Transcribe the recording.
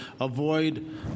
avoid